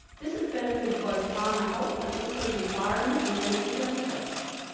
this has benefitted both farmer health and also the environment and beneficial insects.